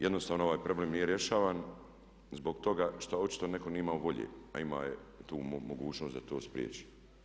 Jednostavno ovaj problem nije rješavan zbog toga što očito netko nije imao volje, a imao je tu mogućnost da to spriječi.